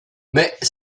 mais